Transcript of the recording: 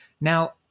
Now